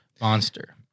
Monster